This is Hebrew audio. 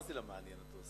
מה זה לא מעניין אותו?